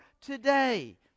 today